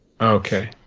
Okay